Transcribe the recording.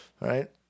right